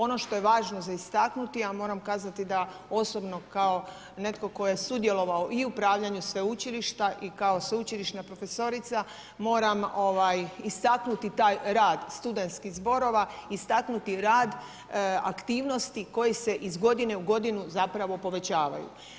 Ono što je važno za istaknuti, a moram kazati da osobno kao netko tko je sudjelovao i upravljanju sveučilišta i kao sveučilišna profesorica moram istaknuti taj rad studentskih zborova, istaknuti rad aktivnosti koji se iz godine u godine povećavaju.